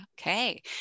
Okay